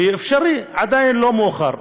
אפשרי, עדיין לא מאוחר.